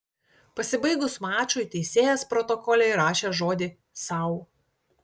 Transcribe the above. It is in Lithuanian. pasibaigus mačui teisėjas protokole įrašė žodį sau